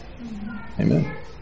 amen